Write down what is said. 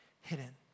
hidden